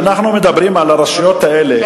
כשאנחנו מדברים על הרשויות האלה,